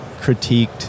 critiqued